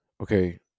Okay